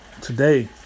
today